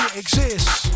exists